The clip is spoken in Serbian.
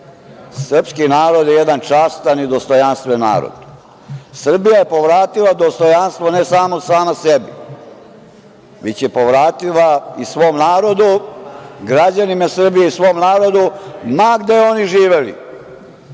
narod je jedan častan i dostojanstven narod. Srbija je povratila dostojanstvo, ne samo sama sebi, već je povratila i svom narodu, građanima Srbije i svom narodu ma gde oni živeli,